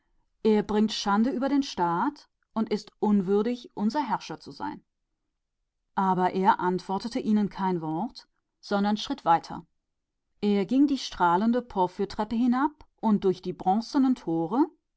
er bringt schande über unseren staat und er ist nicht würdig unser herr zu sein aber er antwortete ihnen nicht ein wort sondern schritt hinaus und ging die glänzende porphyrtreppe hinunter und hinaus durch die bronzenen tore